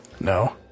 No